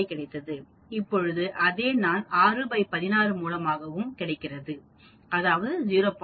375 கிடைத்தது இப்போது அதே தான் 616 மூலமாகவும் கிடைக்கிறது அதாவது 0